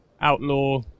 outlaw